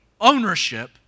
ownership